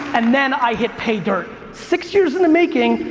and then i hit pay dirt. six years in the making,